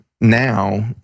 now